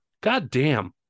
goddamn